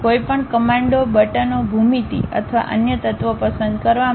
કોઈપણ કમાન્ડો બટનો ભૂમિતિ અથવા અન્ય તત્વો પસંદ કરવા માટે